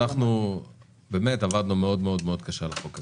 אנחנו באמת עבדנו מאוד קשה על החוק הזה,